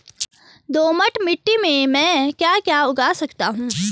दोमट मिट्टी में म ैं क्या क्या उगा सकता हूँ?